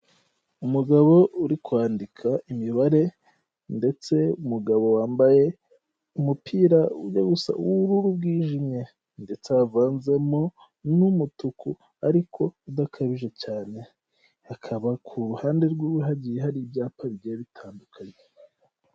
Umugabo uri kwandika imibare ndetse umugabo wambaye umupirasa usa ubururu bwijimye ndetse havanzemo n'umutuku ariko udakabije cyane, hakaba ku ruhande rw'iwe hagiye hari ibyapa bigiye bitandukanye.